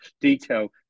detail